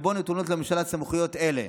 שבו נתונות לממשלה סמכויות אלה: